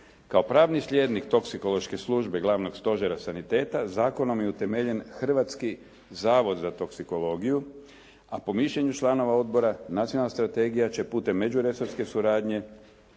Kao pravni slijednik toksikološke službe glavnog stožera saniteta Zakonom je utemeljen Hrvatski zavod za toksikologiju, a po mišljenju članova odbora nacionalna strategija će putem međuresorske suradnje